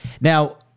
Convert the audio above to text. Now